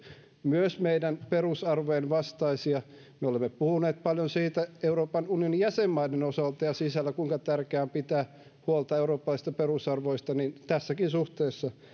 myös meidän perusarvojemme vastaisia kun me olemme puhuneet paljon euroopan unionin jäsenmaiden osalta ja sisällä siitä kuinka tärkeää on pitää huolta eurooppalaisista perusarvoista niin tässäkin suhteessa